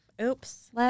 oops